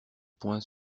poing